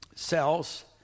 cells